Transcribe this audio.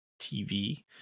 TV